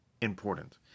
important